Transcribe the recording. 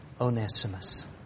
Onesimus